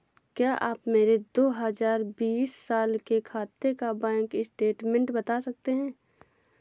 क्या आप मेरे दो हजार बीस साल के खाते का बैंक स्टेटमेंट बता सकते हैं?